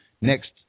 next